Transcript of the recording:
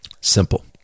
Simple